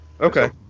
Okay